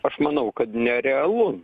aš manau kad nerealu